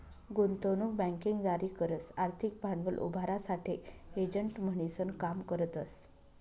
गुंतवणूक बँकिंग जारी करस आर्थिक भांडवल उभारासाठे एजंट म्हणीसन काम करतस